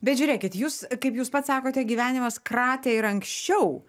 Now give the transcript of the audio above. bet žiūrėkit jūs kaip jūs pats sakote gyvenimas kratė ir anksčiau